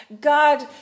God